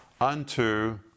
unto